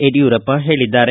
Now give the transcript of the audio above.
ಯಡಿಯೂರಪ್ಪ ಹೇಳಿದ್ದಾರೆ